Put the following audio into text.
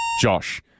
Josh